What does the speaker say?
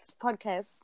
podcast